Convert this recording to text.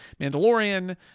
Mandalorian